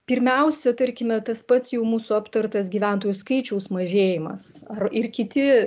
pirmiausia tarkime tas pats jau mūsų aptartas gyventojų skaičiaus mažėjimas ar ir kiti